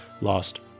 lost